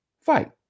fight